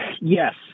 yes